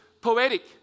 poetic